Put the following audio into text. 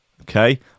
Okay